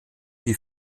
die